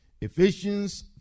Ephesians